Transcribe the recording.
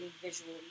visually